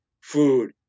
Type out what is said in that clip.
food